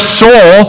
soul